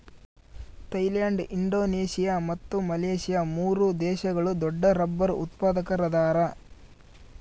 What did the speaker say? Thailand Indonesia ಮತ್ತು Malaysia ಮೂರು ದೇಶಗಳು ದೊಡ್ಡರಬ್ಬರ್ ಉತ್ಪಾದಕರದಾರ